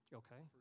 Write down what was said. okay